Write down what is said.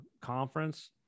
conference